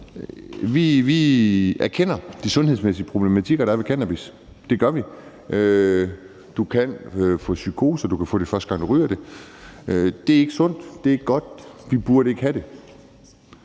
Vi erkender de sundhedsmæssige problematikker, der er ved cannabis; det gør vi. Du kan få psykose. Du kan få det, første gang du ryger det. Det er ikke sundt. Det er ikke godt. Vi burde ikke have det.